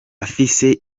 afise